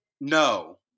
No